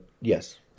yes